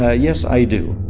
ah yes, i do.